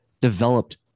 developed